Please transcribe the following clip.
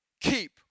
Keep